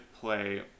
play